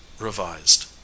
Revised